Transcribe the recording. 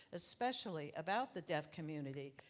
especially about the deaf community.